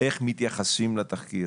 ואיך מתייחסים לתחקיר?